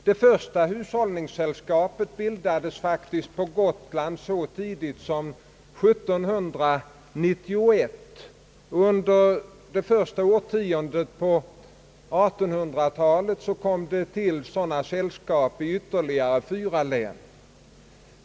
Det första hushållningssällskapet bildades faktiskt på Gotland så tidigt som 1791, och under det första årtiondet på 1800-talet tillkom sådana sällskap i ytterligare fyra län.